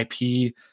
IP